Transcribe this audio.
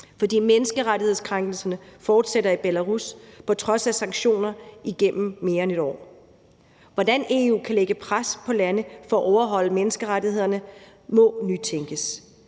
for menneskerettighedskrænkelserne fortsætter i Belarus på trods af sanktioner igennem mere end et år. Hvordan EU kan lægge pres på lande for at overholde menneskerettighederne, må nytænkes.